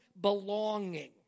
belonging